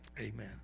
Amen